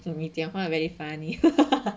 你讲话 very funny